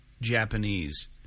Japanese